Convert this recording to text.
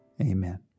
Amen